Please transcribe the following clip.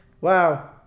Wow